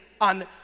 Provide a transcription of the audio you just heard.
on